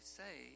say